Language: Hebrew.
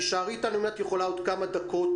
תישארי איתנו אם את יכולה עוד כמה דקות,